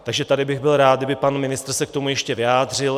Takže tady bych byl rád, kdyby pan ministr se k tomu ještě vyjádřil.